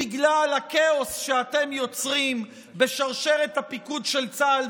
בגלל הכאוס שאתם יוצרים בשרשרת הפיקוד של צה"ל,